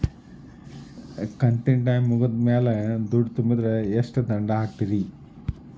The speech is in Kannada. ಕಂತಿನ ಟೈಮ್ ಮುಗಿದ ಮ್ಯಾಲ್ ದುಡ್ಡು ತುಂಬಿದ್ರ, ಎಷ್ಟ ದಂಡ ಹಾಕ್ತೇರಿ?